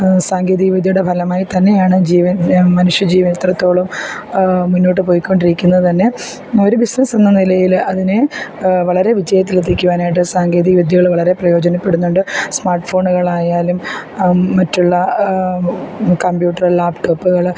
സാങ്കേതിക വിദ്യയുടെ ഫലമായി തന്നെയാണ് ജീവൻ മനുഷ്യജീവനിത്രത്തോളം മുന്നോട്ടു പോയിക്കൊണ്ടിരിക്കുന്നത് തന്നെ ഒരു ബിസിനസെന്ന നിലയില് അതിനെ വളരെ വിജയത്തിലെത്തിക്കുവാനായിട്ട് സാങ്കേതികവിദ്യകള് വളരെ പ്രയോജനപ്പെടുന്നുണ്ട് സ്മാർട്ട് ഫോണുകളായാലും മറ്റുള്ള കമ്പ്യൂട്ടർ ലാപ്ടോപ്പുകള്